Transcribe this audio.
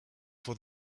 for